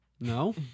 No